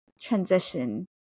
transition